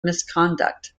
misconduct